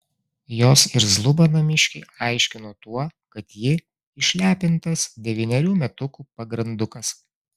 jos irzlumą namiškiai aiškino tuo kad ji išlepintas devynerių metukų pagrandukas